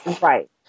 Right